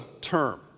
term